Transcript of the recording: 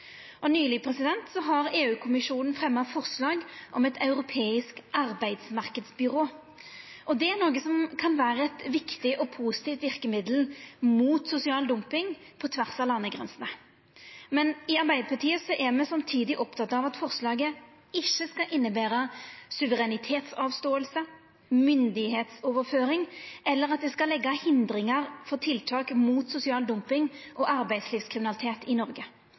Og nyleg har EU-kommisjonen fremja forslag om eit europeisk arbeidsmarknadsbyrå. Det er noko som kan vera eit viktig og positivt verkemiddel mot sosial dumping, på tvers av landegrensene. Men i Arbeidarpartiet er me samtidig opptekne av at forslaget ikkje skal innebera suverenitetsavståing, myndigheitsoverføring eller at det skal leggja hindringar for tiltak mot sosial dumping og arbeidslivskriminalitet i Noreg.